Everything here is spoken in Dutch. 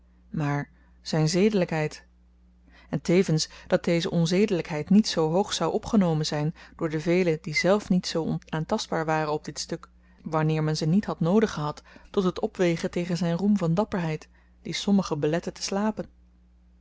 maar zyn zedelykheid en tevens dat deze onzedelykheid niet zoo hoog zou opgenomen zyn door de velen die zelf niet zoo onaantastbaar waren op dit stuk wanneer men ze niet had noodig gehad tot het opwegen tegen zyn roem van dapperheid die sommigen belette te slapen